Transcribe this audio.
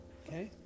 okay